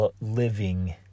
living